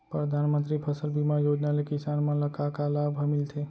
परधानमंतरी फसल बीमा योजना ले किसान मन ला का का लाभ ह मिलथे?